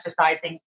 exercising